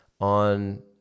on